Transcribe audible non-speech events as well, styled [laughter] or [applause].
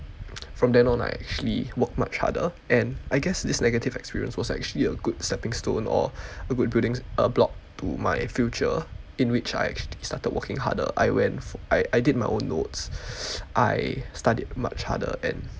from then on I actually worked much harder and I guess this negative experience was actually a good stepping stone or a good building uh block to my future in which I actually started working harder I went fo~ I I did my own notes [noise] I studied much harder and